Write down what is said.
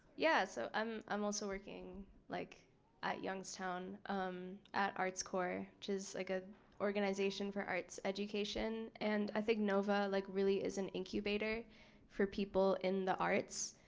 yeah so um i'm also working like youngstown um at arts core which is like an organization for arts education. and i think nova like really is an incubator for people in the arts.